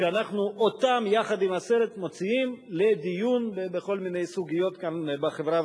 ואנחנו מוציאים אותם יחד עם הסרט לדיון בכל מיני סוגיות כאן בחברה,